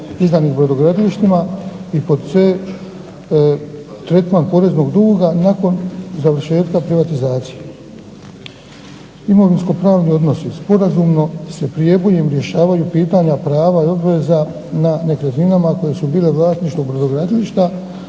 izdanih brodogradilištima i pod c) tretman poreznog duga nakon završetka privatizacije. Imovinsko-pravni odnosi sporazumno s prijebojem rješavaju pitanja prava i obveza na nekretninama koje su bile u vlasništvu brodogradilište,